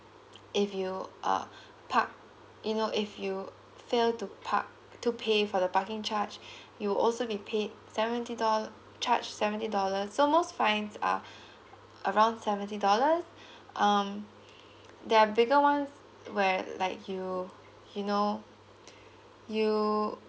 if you uh park you know if you fail to park to pay for the parking charge you also be paid seventy dollar charge seventy dollars so most fines are around seventy dollars um they're bigger ones where like you you know you